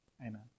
Amen